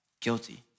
guilty